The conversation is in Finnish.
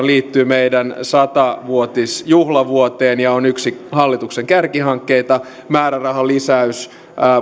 liittyy meidän sata vuotisjuhlavuoteen ja on yksi hallituksen kärkihankkeista määrärahan lisäys